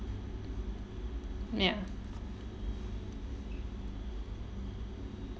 ya